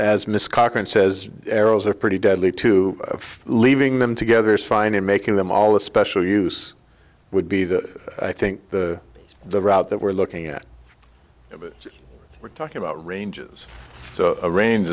as miss cochran says arrows are pretty deadly to leaving them together is fine and making them all the special use would be that i think the route that we're looking at that we're talking about ranges range